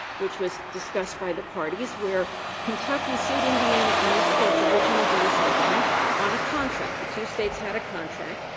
which was discussed by the parties, where kentucky sued indiana in this court's original jurisdiction on a contract. the two states had a contract.